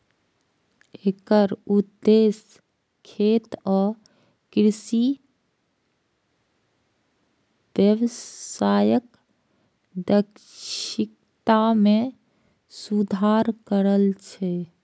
एकर उद्देश्य खेत आ कृषि व्यवसायक दक्षता मे सुधार करब छै